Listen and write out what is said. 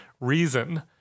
reason